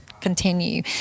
continue